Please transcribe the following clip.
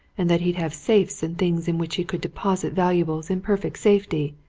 and that he'd have safes and things in which he could deposit valuables in perfect safety,